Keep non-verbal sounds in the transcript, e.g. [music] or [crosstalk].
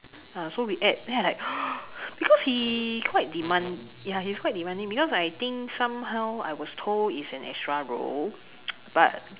uh so we add then I like [noise] because he quite demand ya he is quite demanding because I think somehow I was told is an extra role [noise] but